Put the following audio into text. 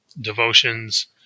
devotions